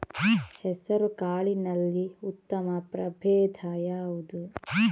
ಹೆಸರುಕಾಳಿನಲ್ಲಿ ಉತ್ತಮ ಪ್ರಭೇಧ ಯಾವುದು?